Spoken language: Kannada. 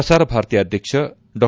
ಪ್ರಸಾರಭಾರತಿ ಅಧ್ಯಕ್ಷ ಡಾ